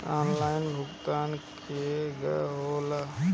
Online भुगतान केगा होला?